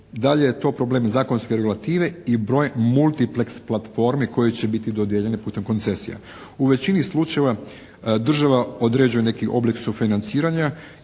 Da li je to problem zakonske regulative i broj multipleks platformi koje će biti dodijeljene putem koncesija. U većini slučajeva država određuje neki oblik sufinanciranja